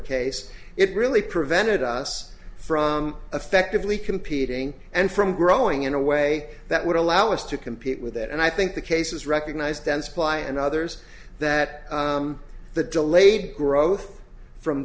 case it really prevented us from effectively competing and from growing in a way that would allow us to compete with that and i think the cases recognized then supply and others that the delayed growth from